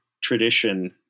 tradition